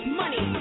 money